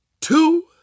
two